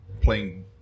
playing